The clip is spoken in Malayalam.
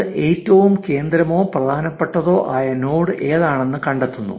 അത് ഏറ്റവും കേന്ദ്രമോ പ്രധാനപ്പെട്ടതോ ആയ നോഡ് ഏതാണെന്ന് കണ്ടെത്തുന്നു